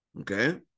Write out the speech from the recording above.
Okay